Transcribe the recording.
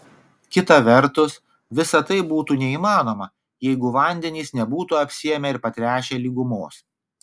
kita vertus visa tai būtų neįmanoma jeigu vandenys nebūtų apsėmę ir patręšę lygumos